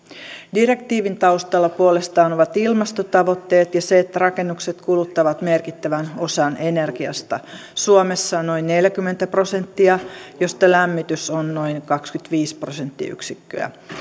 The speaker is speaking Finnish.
direktiivin taustalla puolestaan ovat ilmastotavoitteet ja se että rakennukset kuluttavat merkittävän osan energiasta suomessa noin neljäkymmentä prosenttia josta lämmitys on noin kaksikymmentäviisi prosenttiyksikköä